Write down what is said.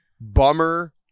bummer